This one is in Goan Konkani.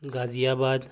गाजीयाबाद